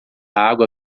água